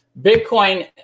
Bitcoin